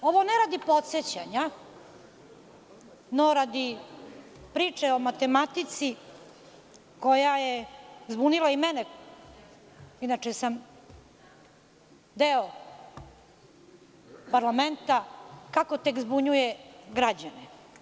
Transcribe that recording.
Ovo ne radi podsećanja, no radi priče o matematici, koja je zbunila i mene, inače sam deo parlamenta, kako tek zbunjuje građane.